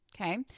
Okay